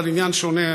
אבל עניין שונה,